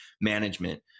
management